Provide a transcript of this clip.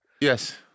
Yes